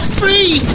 free